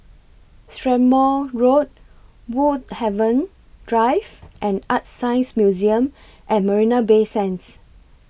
Strathmore Road Woodhaven Drive and ArtScience Museum At Marina Bay Sands